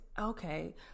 Okay